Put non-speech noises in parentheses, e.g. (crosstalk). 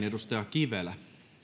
(unintelligible) edustaja kivelä